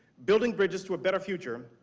building bridges to a better future,